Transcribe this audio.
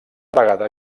vegada